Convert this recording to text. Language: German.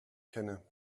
kenne